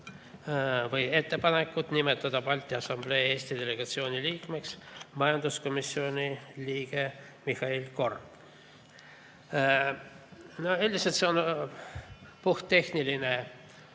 või ettepaneku nimetada Balti Assamblee Eesti delegatsiooni liikmeks majanduskomisjoni liige Mihhail Korb. Üldiselt on see puhttehniline